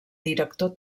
director